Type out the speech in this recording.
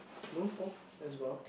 known for as well